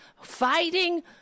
fighting